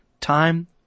Time